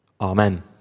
Amen